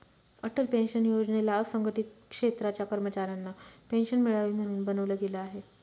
Atal pension योजनेला असंघटित क्षेत्राच्या कर्मचाऱ्यांना पेन्शन मिळावी, म्हणून बनवलं गेलं आहे